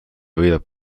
võidab